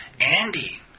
Andy